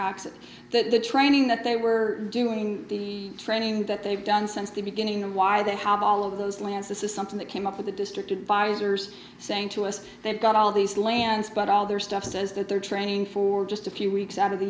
that the training that they were doing the training that they've done since the beginning and why they have all of those lands this is something that came up with the district advisors saying to us they've got all these lands but all their stuff says that they're training for just a few weeks out of the